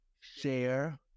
share